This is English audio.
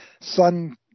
sun